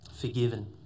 forgiven